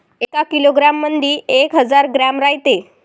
एका किलोग्रॅम मंधी एक हजार ग्रॅम रायते